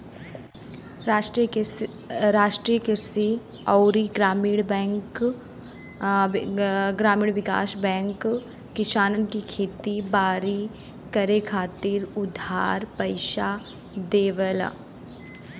राष्ट्रीय कृषि अउरी ग्रामीण विकास बैंक किसानन के खेती बारी करे खातिर उधार पईसा देवेला